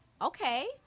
okay